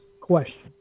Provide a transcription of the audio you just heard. question